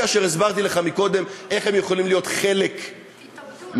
והסברתי לך קודם איך הם יכולים להיות חלק מהפתרון.